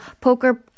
poker